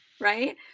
right